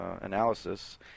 analysis